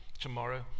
tomorrow